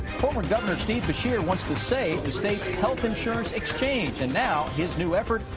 former governor steve beshear wants to save the state's health insurance exchange. and now. his new effort.